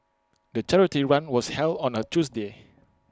the charity run was held on A Tuesday